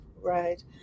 Right